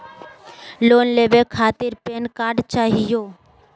Loan लेवे खातीर PAN card चाहियो?